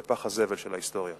בפח הזבל של ההיסטוריה.